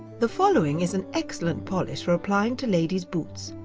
the following is an excellent polish for applying to ladies' boots.